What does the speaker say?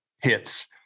hits